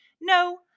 No